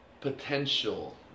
potential